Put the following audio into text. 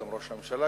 גם ראש הממשלה,